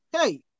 Hey